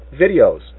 videos